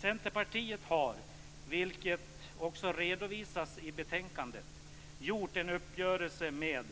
Centerpartiet har, vilket också redovisas i betänkandet, gjort en uppgörelse med